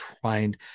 trying